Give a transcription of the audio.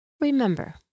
Remember